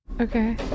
Okay